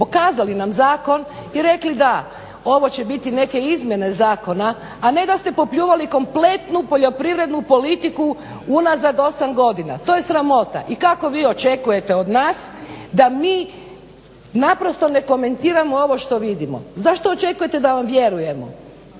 pokazali nam zakon i rekli da ovo će biti neke izmjene zakona, a ne da ste popljuvali kompletnu poljoprivrednu politiku unazad 8 godina, to je sramota. I kako vi očekujete od nas da mi naprosto ne komentiramo ovo što vidimo. Zašto očekujete da vam vjerujemo,